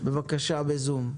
בבקשה בזום.